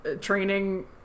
training